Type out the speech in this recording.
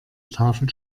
tafel